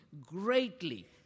greatly